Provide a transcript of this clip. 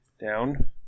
down